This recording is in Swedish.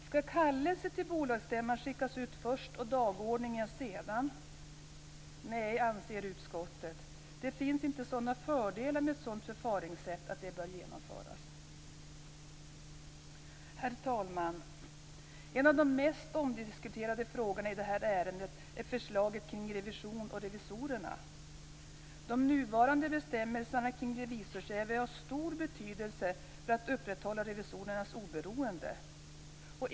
Skall kallelse till bolagsstämman skickas ut först och dagordningen sedan? Nej, anser utskottet. Det finns inte sådana fördelar med ett sådant förfaringssätt att det bör genomföras. Herr talman! En av de mest omdiskuterade frågorna i detta ärende är förslag kring revision och revisorerna. De nuvarande bestämmelserna kring revisorsjäv är av stor betydelse för att upprätthålla revisorernas oberoende.